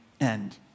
end